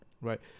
right